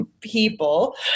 people